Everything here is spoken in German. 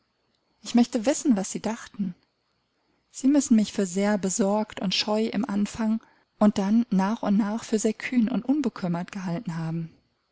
ich möchte wissen was sie dachten sie müssen mich für sehr besorgt und scheu im anfang und dann nach und nach für sehr kühn und unbekümmert gehalten haben